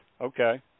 Okay